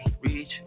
Reach